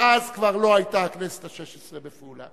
שאז כבר לא היתה הכנסת השש-עשרה בפעולה